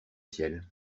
ciel